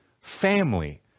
family